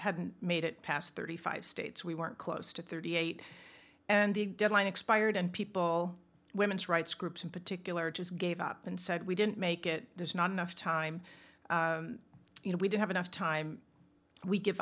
hadn't made it past thirty five states we weren't close to thirty eight and the deadline expired and people women's rights groups in particular just gave up and said we didn't make it there's not enough time you know we don't have enough time we give